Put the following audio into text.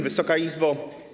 Wysoka Izbo!